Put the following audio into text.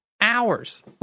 hours